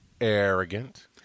Arrogant